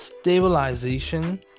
stabilization